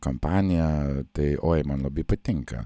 kampaniją tai oi man labai patinka